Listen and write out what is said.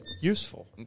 Useful